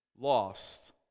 lost